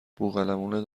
بوقلمونت